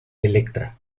elektra